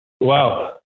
Wow